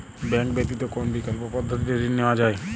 Bank ব্যতিত কোন বিকল্প পদ্ধতিতে ঋণ নেওয়া যায়?